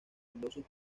numerosos